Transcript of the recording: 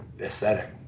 aesthetic